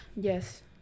Yes